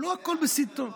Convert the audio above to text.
לא הכול בסיטונאות.